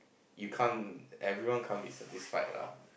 you can't everyone can't be satisfied lah